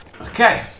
Okay